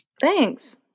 Thanks